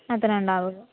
അത്ര ഉണ്ടാവുള്ളു